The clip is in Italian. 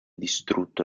distrutto